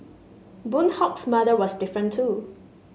Boon Hock's mother was different too